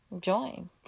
join